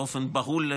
באופן בהול,